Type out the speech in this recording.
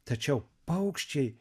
tačiau paukščiai